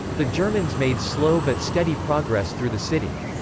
the germans made slow but steady progress through the city.